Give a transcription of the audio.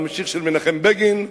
הממשיך של מנחם בגין,